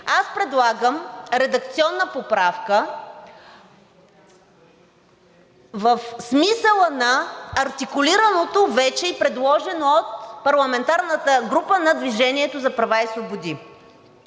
аз предлагам редакционна поправка в смисъла на артикулираното вече и предложено от парламентарната група на „Движение за права и свободи“.